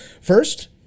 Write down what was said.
First